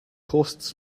costs